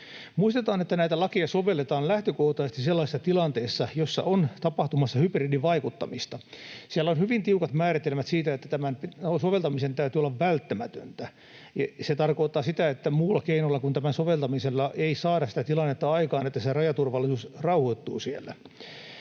Muistetaan, että näitä lakeja sovelletaan lähtökohtaisesti sellaisessa tilanteessa, jossa on tapahtumassa hybridivaikuttamista. Siellä on hyvin tiukat määritelmät siitä, että tämän soveltamisen täytyy olla välttämätöntä. Se tarkoittaa sitä, että muulla keinolla kuin tämän soveltamisella ei saada aikaan sitä tilannetta, että se rajaturvallisuus rauhoittuu siellä,